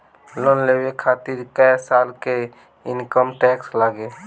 Loan लेवे खातिर कै साल के इनकम टैक्स लागी?